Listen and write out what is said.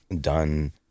done